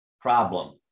problem